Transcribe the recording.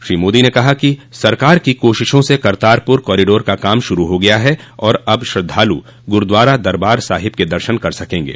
श्री मोदी ने कहा कि सरकार की कोशिशों से करतारपुर कॉरिडोर का काम शुरू हो गया है और अब श्रद्वालु गुरूद्वारा दरबार साहिब के दर्शन कर सकेंगे